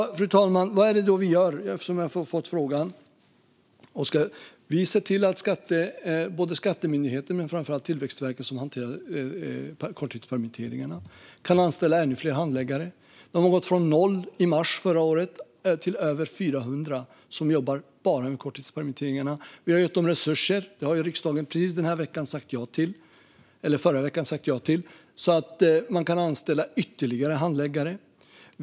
Fru talman! Vad är det då vi gör, eftersom jag har fått frågan? Vi ser till att Skatteverket och att framför allt Tillväxtverket, som hanterar korttidspermitteringarna, kan anställa ännu fler handläggare. Det har gått från noll i mars förra året till över 400 som jobbar bara med korttidspermitteringarna. Vi har gett dem resurser, som riksdagen i förra veckan har sagt ja till, så att de kan anställa ytterligare handläggare.